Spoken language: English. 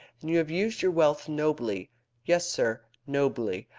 and you have used your wealth nobly yes, sir, nobly.